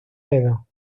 edo